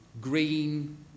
green